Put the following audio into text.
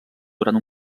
durant